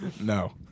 No